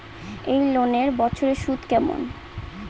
এই লোনের বছরে সুদ কেমন?